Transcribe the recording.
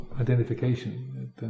identification